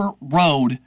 road